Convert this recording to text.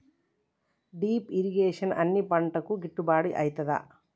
Drip irrigation అన్ని పంటలకు గిట్టుబాటు ఐతదా?